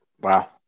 Wow